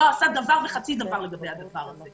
המשרד לא עשה דבר וחצי דבר לגבי הדבר הזה.